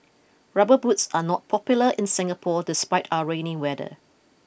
rubber boots are not popular in Singapore despite our rainy weather